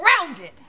grounded